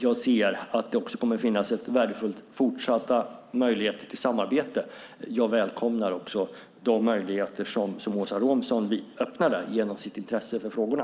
Jag ser att det också kommer att finnas värdefulla fortsatta möjligheter till samarbete. Jag välkomnar också de möjligheter som Åsa Romson öppnar där genom sitt intresse för frågorna.